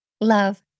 love